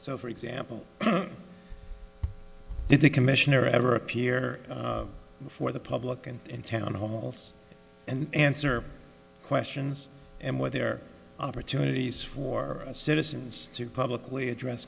so for example if the commissioner ever appear before the public and in town halls and answer questions and where their opportunities for citizens to publicly address